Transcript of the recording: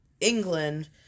England